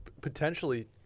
potentially